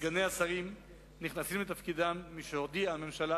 סגני השרים נכנסים לתפקידם משהודיעה הממשלה,